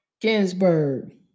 Ginsburg